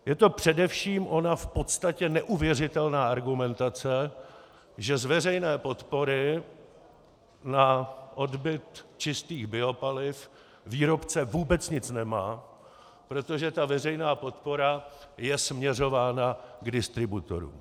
Je to především ona v podstatě neuvěřitelná argumentace, že z veřejné podpory na odbyt čistých biopaliv výrobce vůbec nic nemá, protože ta veřejná podpora je směřována k distributorům.